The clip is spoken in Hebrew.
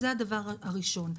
זה הדבר הראשון.